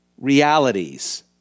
realities